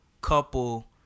couple